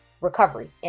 recovery